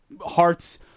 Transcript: hearts